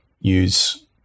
use